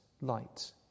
light